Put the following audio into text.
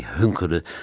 hunkerde